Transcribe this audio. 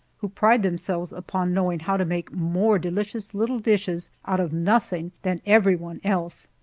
who pride themselves upon knowing how to make more delicious little dishes out of nothing than anyone else.